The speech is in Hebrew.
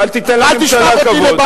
אז אל תיתן לממשלה כבוד.